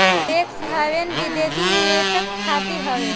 tax haven विदेशी निवेशक खातिर हवे